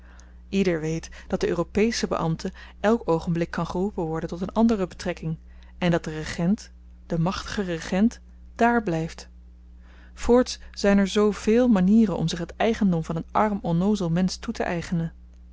ieder weet dat de europesche beambte elk oogenblik kan geroepen worden tot een andere betrekking en dat de regent de machtige regent dààr blyft voorts zyn er zoo véél manieren om zich het eigendom van een arm onnoozel mensch toeteëigenen